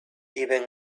even